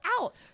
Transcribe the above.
out